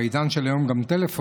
ובעידן של היום גם טלפון.